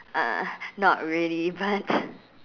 uh not really but